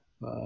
Bye